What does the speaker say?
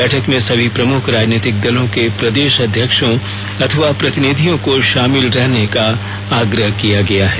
बैठक में सभी प्रमुख राजनीतिक दलों के प्रदेश अध्यक्षों अथवा प्रतिनिधियों को शामिल रहने का आग्रह किया गया है